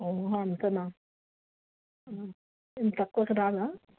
అంతనా ఏం తక్కువకి రాదా